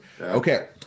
okay